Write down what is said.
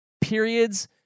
periods